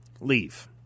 Leave